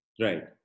Right